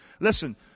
Listen